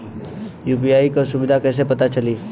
UPI क सुविधा कैसे पता चली?